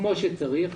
כמו שצריך,